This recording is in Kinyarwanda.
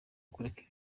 kureka